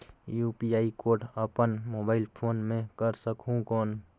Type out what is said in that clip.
UPI code अपन mobile phone मे कर सकहुं कौन?